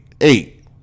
Eight